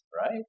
right